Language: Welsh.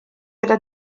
gyda